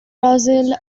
brazil